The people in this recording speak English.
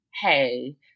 hey